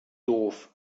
doof